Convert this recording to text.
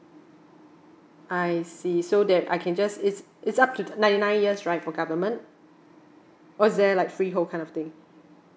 I see so that I can just it's it's up to ninety nine years right for government or is there like free hold kind of thing